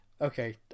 Okay